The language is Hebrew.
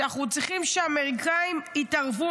שאנחנו צריכים שהאמריקאים יתערבו,